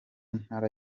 ntara